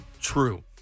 true